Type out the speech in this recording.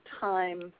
time